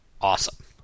Awesome